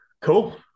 Cool